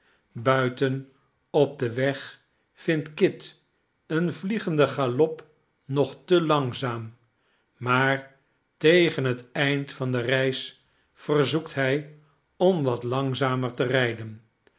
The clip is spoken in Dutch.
buiten op den weg vindt kit een vliegenden galop nog te langzaam maar tegen het eind van de reis verzoekt hij om wat langzamer te rijden